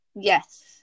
Yes